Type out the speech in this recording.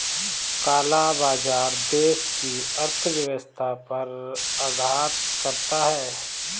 काला बाजार देश की अर्थव्यवस्था पर आघात करता है